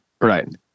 Right